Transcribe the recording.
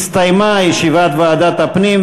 הסתיימה ישיבת ועדת הפנים,